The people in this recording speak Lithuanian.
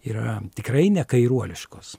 yra tikrai ne kairuoliškos